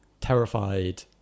terrified